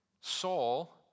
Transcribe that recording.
Saul